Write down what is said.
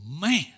man